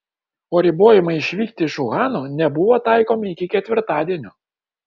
o ribojimai išvykti iš uhano nebuvo taikomi iki ketvirtadienio